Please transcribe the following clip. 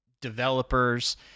developers